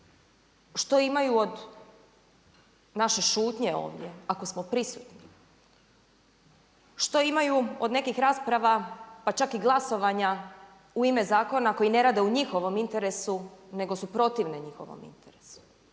Što imaju od naše šutnje ovdje, ako smo prisutni? Što imaju od nekih rasprava pa čak i glasovanja u ime zakona koji ne rade u njihovom interesu nego su protivni njihovom interesu?